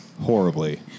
Horribly